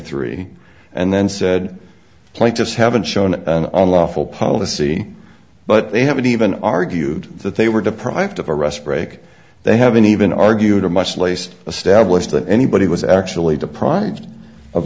three and then said please just haven't shown an unlawful policy but they haven't even argued that they were deprived of a rest break they haven't even argued a much lace establish that anybody was actually deprived of